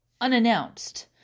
unannounced